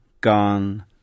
gone